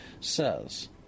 says